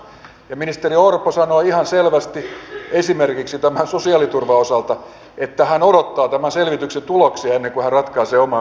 ministeri orpo sanoi ihan selvästi esimerkiksi tämän sosiaaliturvan osalta että hän odottaa tämän selvityksen tuloksia ennen kuin hän ratkaisee oman mielipiteensä